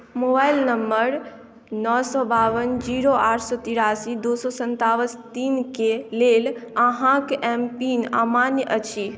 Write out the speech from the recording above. mobile number नओ सएत बावन जीरो आठ सए तिरासी दू सए सन्ताबन तीनके लेल अहाँके एम पिन अमान्य अछि